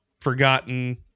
forgotten